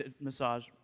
massage